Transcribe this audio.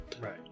Right